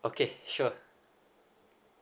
okay sure